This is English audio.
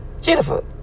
Jennifer